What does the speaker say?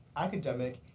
academic,